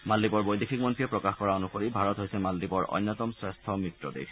মালদ্বীপৰ বৈদেশিক মন্ত্ৰীয়ে প্ৰকাশ কৰা অনুসৰি ভাৰত হৈছে মালদ্বীপৰ অন্যতম শ্ৰেষ্ঠ মিত্ৰ দেশ